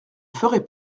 ferez